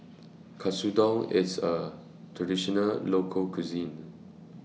Katsudon IS A Traditional Local Cuisine